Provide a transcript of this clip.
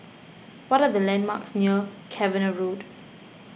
what are the landmarks near Cavenagh Road